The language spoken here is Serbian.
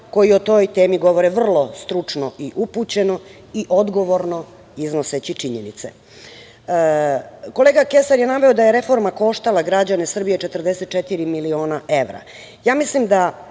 koji o toj temi govore vrlo stručno, upućeno i odgovorno iznoseći činjenice. Kolega Kesar je naveo da je reforma koštala građane Srbije 44 miliona evra. Ja mislim da